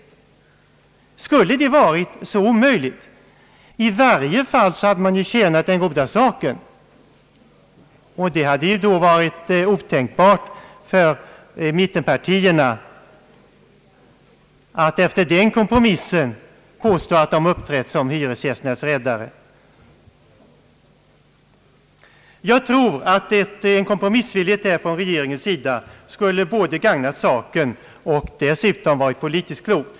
Skulle det ha varit så omöjligt? I varje fall hade man ju därmed tjänat den goda saken. Det hade ju då varit otänkbart att mittenpartierna, efter den kompromissen, skulle kunna påstå att de gentemot socialdemokraterna uppträtt som hyresgästernas räddare. Jag tror att en kompromissvilja därvidlag från regeringens sida skulle både ha gagnat saken och dessutom varit politiskt klok.